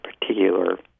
particular